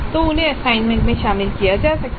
तो उन्हें असाइनमेंट में शामिल किया जा सकता है